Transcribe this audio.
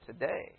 today